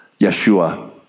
Yeshua